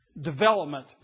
development